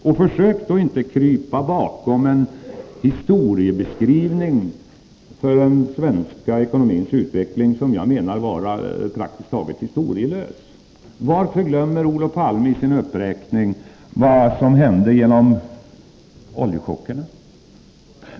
Och försök då inte att krypa bakom en historiebeskrivning för utvecklingen av den svenska ekonomin, som jag menar vara praktiskt taget historielös. Varför glömmer Olof Palme i sin uppräkning att tala om vad som hände genom oljechockerna?